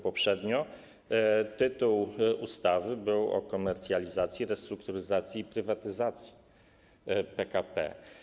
Poprzedni tytuł ustawy to: o komercjalizacji, restrukturyzacji i prywatyzacji PKP.